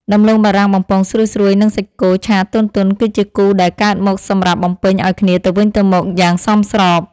ដំឡូងបារាំងបំពងស្រួយៗនិងសាច់គោឆាទន់ៗគឺជាគូដែលកើតមកសម្រាប់បំពេញឱ្យគ្នាទៅវិញទៅមកយ៉ាងសមស្រប។